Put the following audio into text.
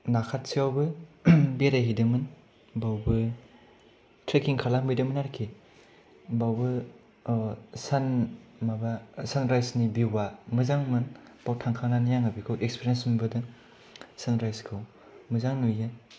नाखाथिआवबो बेरायहैदोंमोन बावबो ट्रेकिं खालामहैदोंमोन आरोखि बावबो सान माबा सानराइजनि भिउआ मोजां मोन बाव थांखांनानै आं बेखौ एक्सपिरियेन्स मोनबोदों सानराइजखौ मोजां नुयो